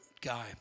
guy